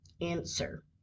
Answer